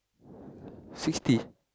sixty